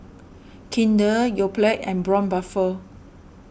Kinder Yoplait and Braun Buffel